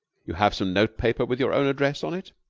you have some note-paper with your own address on it?